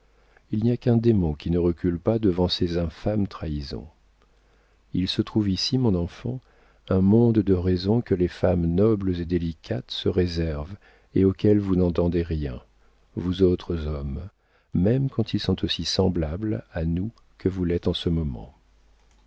il n'y a qu'un démon qui ne recule pas devant ces infâmes trahisons il se trouve ici mon enfant un monde de raisons que les femmes nobles et délicates se réservent et auxquelles vous n'entendez rien vous autres hommes même quand ils sont aussi semblables à nous que vous l'êtes en ce moment